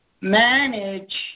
manage